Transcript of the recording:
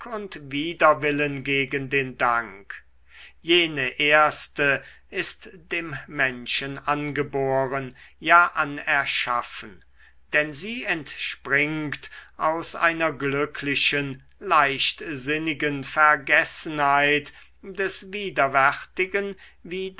und widerwillen gegen den dank jene erste ist dem menschen angeboren ja anerschaffen denn sie entspringt aus einer glücklichen leichtsinnigen vergessenheit des widerwärtigen wie